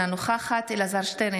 אינה נוכחת אלעזר שטרן,